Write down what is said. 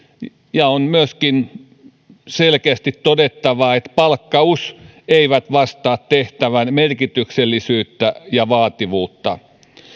ja on myöskin selkeästi todettava palkkaus eivät vastaa tehtävän merkityksellisyyttä ja vaativuutta